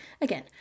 Again